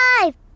Five